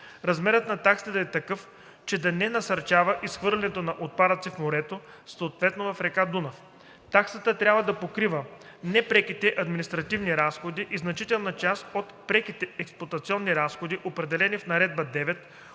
размерът на таксата да е такъв, че да не насърчава изхвърлянето на отпадъци в морето, съответно в река Дунав; - таксата трябва да покрива непреките административни разходи и значителна част от преките експлоатационни разходи, определени в Наредба №